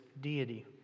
deity